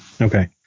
Okay